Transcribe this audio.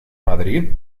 madrid